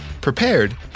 prepared